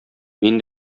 мин